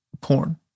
porn